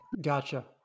Gotcha